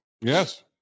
yes